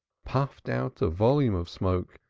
puffed out a volume of smoke,